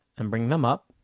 and bring them up.